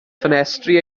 ffenestri